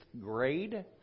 grade